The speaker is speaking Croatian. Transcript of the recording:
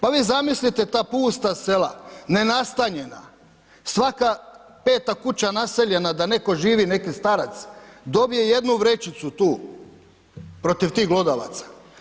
Pa vi zamislite ta pusta sela, nenastanjena, svaka peta kuća naseljena da netko živi, neki starac, dobije jednu vrećicu tu protiv tih glodavaca.